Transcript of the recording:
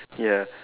ya